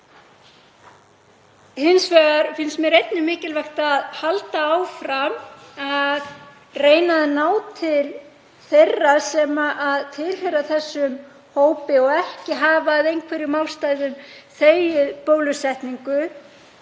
Hins vegar finnst mér einnig mikilvægt að halda áfram að reyna að ná til þeirra sem tilheyra þessum hópi og ekki hafa af einhverjum ástæðum þegið bólusetningu,